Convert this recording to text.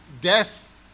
death